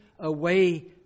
away